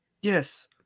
Yes